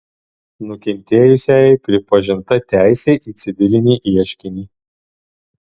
nukentėjusiajai pripažinta teisė į civilinį ieškinį